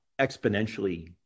exponentially